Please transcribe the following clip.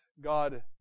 God